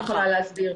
אני יכולה להסביר.